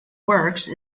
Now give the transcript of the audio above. works